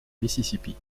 mississippi